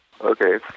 Okay